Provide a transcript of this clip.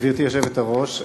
גברתי היושבת-ראש,